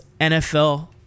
NFL